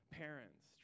parents